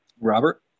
Robert